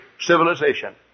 civilization